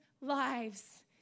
lives